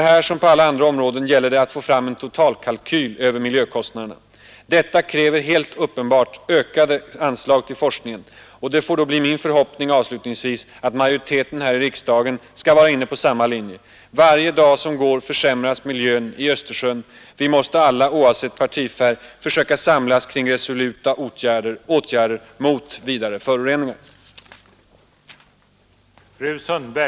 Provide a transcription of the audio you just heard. Här som på alla andra äller det att få fram en totalkalkyl över miljökostnaderna. områden Detta kräver helt uppenbart ökade anslag till forskningen, och det får då avslutningsvis bli min förhoppning att majoriteten här i riksdagen skall vara inne på samma linje. Varje dag som går försämras miljön i Östersjön. Vi måste alla, oavsett partifärg, försöka samlas kring resoluta åtgärder mot vidare föroreningar.